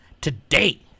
today